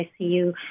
ICU